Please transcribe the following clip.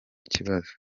ikibazo